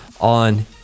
on